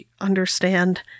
understand